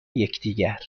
یکدیگر